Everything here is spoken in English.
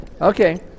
Okay